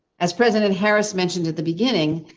as president harris mentioned at the beginning,